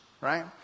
right